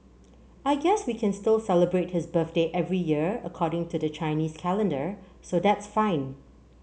I guess we can still celebrate his birthday every year according to the Chinese calendar so that's fine